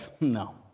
no